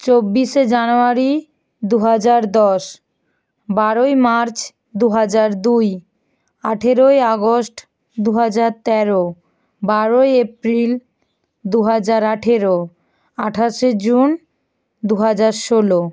চব্বিশে জানুয়ারি দু হাজার দশ বারোই মার্চ দু হাজার দুই আঠেরোই আগস্ট দু হাজার তেরো বারোই এপ্রিল দু হাজার আঠেরো আঠাশে জুন দু হাজার ষোলো